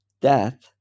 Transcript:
death